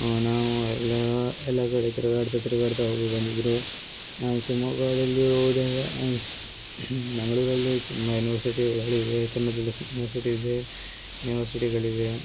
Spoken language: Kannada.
ನಾವು ಎಲ್ಲ ಎಲ್ಲ ಕಡೆ ತಿರ್ಗಾಡ್ತಾ ತಿರ್ಗಾಡ್ತಾ ಹೋಗಿ ಬಂದಿದ್ದರು ಶಿವ್ಮೊಗ್ಗದಲ್ಲಿ ಹೋದಾಗ ಶ್ ಮಂಗ್ಳೂರಲ್ಲಿ ತುಂಬ ಯೂನಿವರ್ಸಿಟಿಗಳು ಇವೆ ಚೆನ್ನಾಗಿ ಚೆನ್ನಾಗಿ ಯೂನಿಸ್ ಯೂನಿವರ್ಸಿಟಿ ಇದೆ ಯೂನಿವರ್ಸಿಟಿಗಳು ಇವೆ